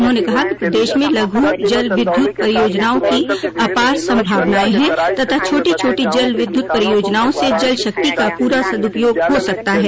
उन्होंने कहा कि प्रदेश में लघु जल विद्युत परियोजनाओं की आपार सम्भावनाऐं है तथा छोटी छोटी जल विद्यत परियोजनाओं से जल शक्ति का पूरा सदुपयोग हो सकता है